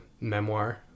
Memoir